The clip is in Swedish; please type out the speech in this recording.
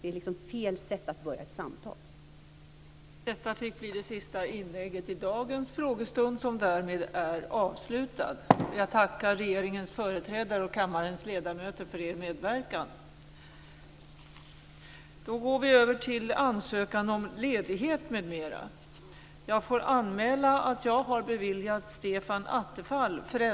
Det är fel sätt att börja ett samtal på.